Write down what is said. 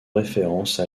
référence